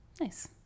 Nice